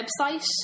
website